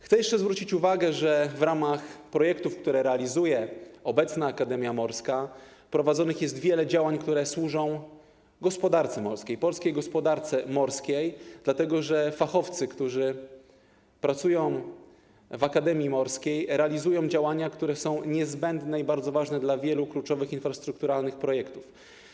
Chcę jeszcze zwrócić uwagę, że w ramach projektów, które realizuje obecna Akademia Morska, prowadzonych jest wiele działań, które służą polskiej gospodarce morskiej, dlatego że fachowcy, którzy pracują w Akademii Morskiej, realizują działania, które są niezbędne i bardzo ważne dla wielu kluczowych infrastrukturalnych projektów.